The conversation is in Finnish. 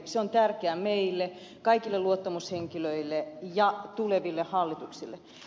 se on tärkeä meille kaikille luottamushenkilöille ja tuleville hallituksille